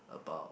about